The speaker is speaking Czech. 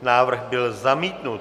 Návrh byl zamítnut.